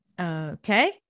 Okay